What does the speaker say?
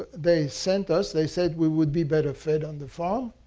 they sent us. they said we would be better fed on the farm.